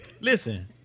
Listen